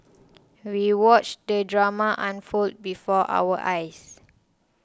we watched the drama unfold before our eyes